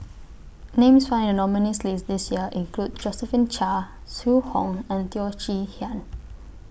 Names found in The nominees' list This Year include Josephine Chia Zhu Hong and Teo Chee Hean